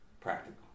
Practical